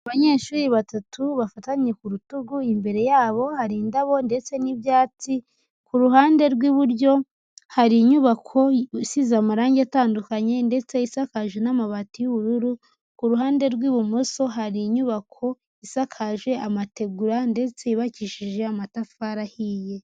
Abanyeshuri batatu bafatanye ku rutugu, imbere yabo hari indabo ndetse n'ibyatsi, ku ruhande rw'iburyo hari inyubako isize amarange atandukanye ndetse isakaje n'amabati y'ubururu, ku ruhande rw'ibumoso hari inyubako isakaje amategura ndetse yubakishije amatafari ahiye.